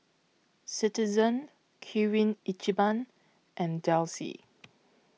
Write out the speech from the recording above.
Citizen Kirin Ichiban and Delsey